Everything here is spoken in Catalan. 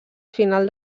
final